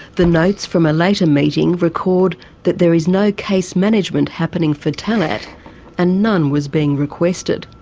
the notes from a later meeting record that there is no case management happening for talet and none was being requested.